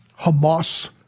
Hamas